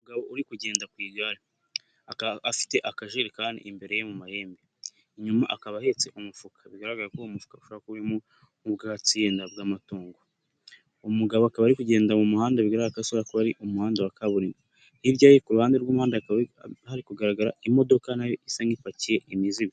Umugabo uri kugenda ku igare akaba afite akajerekani imbere ye mu mahembe inyuma akaba ahetse umufuka bigaragara ko uwo umufuka ushobora kuba urimo nk'ubwatsi wenda bw'amatungo, umugabo akaba ari kugenda mu muhanda bigaragara ko ashobora kuba ari umuhanda wa kaburimbo, hirya ye ku ruhande rw'umuhanda hakaba hari kugaragara imodoka nayo isa nk'ipakiye imizigo.